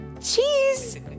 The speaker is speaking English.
Cheese